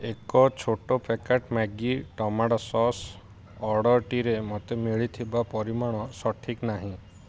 ଏକ ଛୋଟ packet Maggi tomato sauce ଅର୍ଡ଼ର୍ଟିରେ ମୋତେ ମିଳିଥିବା ପରିମାଣ ସଠିକ୍ ନାହିଁ